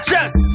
Yes